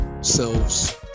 selves